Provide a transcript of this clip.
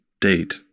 date